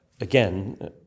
Again